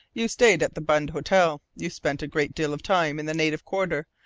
you stayed at the bund hotel. you spent a great deal of time in the native quarter,